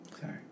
Sorry